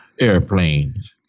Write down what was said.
airplanes